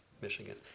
Michigan